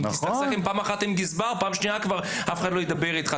אם הסתכסכת פעם אחת עם גזבר בפעם השנייה כבר אף אחד לא ידבר איתך.